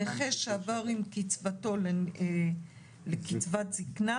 נכה שעבר עם קצבתו לקצבת זקנה,